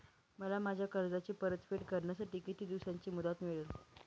मला माझ्या कर्जाची परतफेड करण्यासाठी किती दिवसांची मुदत मिळेल?